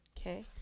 okay